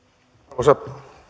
arvoisa